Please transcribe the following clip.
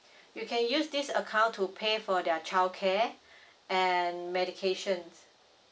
you can use this account to pay for their childcare and medication